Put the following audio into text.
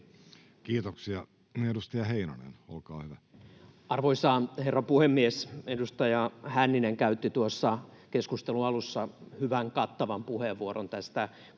Kiitoksia. — Edustaja Heinonen, olkaa hyvä. Arvoisa herra puhemies! Edustaja Hänninen käytti tuossa keskustelun alussa hyvän, kattavan puheenvuoron tästä